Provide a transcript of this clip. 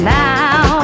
now